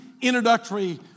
introductory